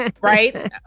Right